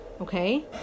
Okay